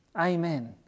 Amen